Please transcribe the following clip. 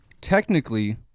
Technically